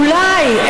אולי,